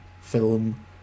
film